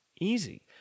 Easy